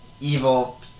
evil